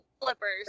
flippers